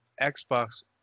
Xbox